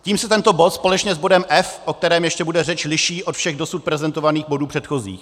Tím se tento bod společně s bodem F, o kterém ještě bude řeč, liší od všech dosud prezentovaných bodů předchozích.